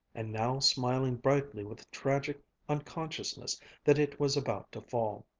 and now smiling brightly with tragic unconsciousness that it was about to fall.